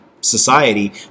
society